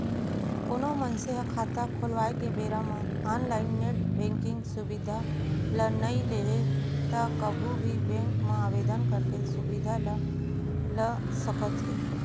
कोनो मनसे ह खाता खोलवाए के बेरा म ऑनलाइन नेट बेंकिंग सुबिधा ल नइ लेहे त कभू भी बेंक म आवेदन करके सुबिधा ल ल सकत हे